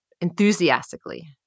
enthusiastically